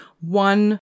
one –